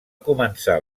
començar